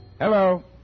Hello